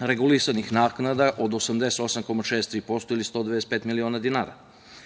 regulisanih naknada od 88,6% ili 125 miliona dinara,